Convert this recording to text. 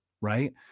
right